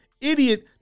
idiot